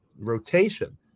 rotation